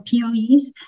POEs